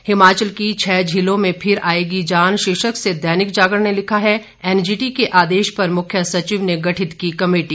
हिमाचल की छह झीलों में फिर आएगी जान शीर्षक से दैनिक जागरण ने लिखा है एनजीटी के आदेश पर मुख्य सचिव ने गठित की कमेटी